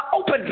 open